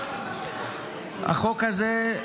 החוק הזה,